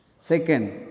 Second